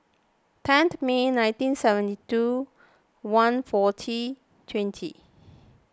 teen May nineteen seventy two one forty twenty